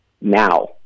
now